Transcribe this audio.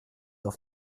auf